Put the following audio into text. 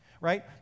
Right